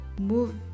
move